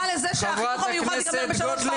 לכך שהחינוך המיוחד ייגמר בשלוש ועשרה?